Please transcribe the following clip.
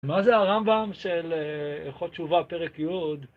מה זה הרמב״ם של איכות תשובה פרק י'?